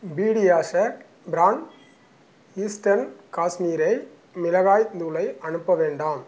PediaSure brand Eastern Kashmir மிளகாய் தூளை அனுப்ப வேண்டாம்